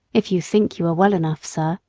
if you think you are well enough, sir,